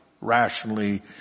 rationally